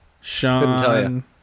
Sean